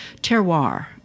terroir